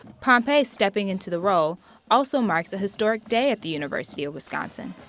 pompey's stepping into the role also marks a historic day at the university of wisconsin.